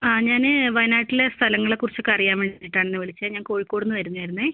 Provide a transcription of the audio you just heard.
ആ ഞാൻ വയനാട്ടിലെ സ്ഥലങ്ങളെ കുറിച്ചൊക്കെ അറിയാൻ വേണ്ടിയിട്ടാണ് വിളിച്ചത് ഞാൻ കോഴിക്കോട് നിന്ന് വരുന്നതായിരുന്നേ